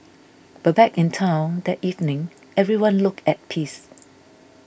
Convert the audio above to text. but back in town that evening everyone looked at peace